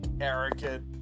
arrogant